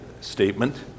statement